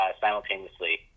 simultaneously